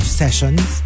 sessions